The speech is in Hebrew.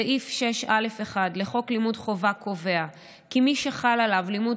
סעיף 6(א)(1) לחוק לימוד חובה קובע כי מי שחל עליו לימוד